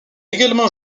également